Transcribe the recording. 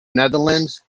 netherlands